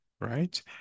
Right